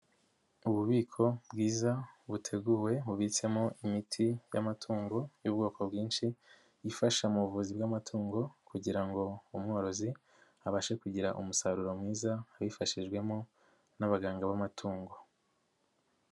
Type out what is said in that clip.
Ububiko bwiza buteguwe bubitsemo imiti y'amatungo y'ubwoko bwinshi, ifasha mu buvuzi bw'amatungo kugira ngo umworozi abashe kugira umusaruro mwiza, abifashijwemo n'abaganga b'amatungo.